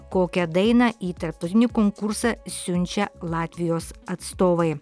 kokią dainą į tarptautinį konkursą siunčia latvijos atstovai